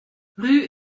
rue